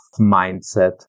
mindset